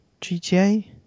GTA